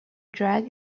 drag